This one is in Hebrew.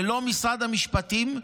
ללא משרד המשפטים,